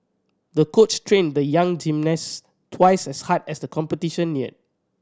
the coach trained the young gymnast twice as hard as the competition neared